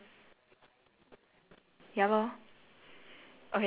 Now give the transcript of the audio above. oh my gosh wait I think it's nine eh nine to eleven thirty